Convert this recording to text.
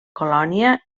colònia